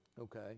okay